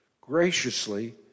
graciously